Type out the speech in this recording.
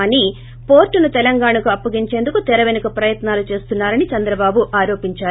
కానీ పోర్టును తెలంగాణకు అప్పగించేందుకు తెరవెనుక ప్రయత్నాలు చేస్తున్నా రన్నా రని చంద్రబాబు ఆరోపిందారు